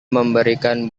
memberikan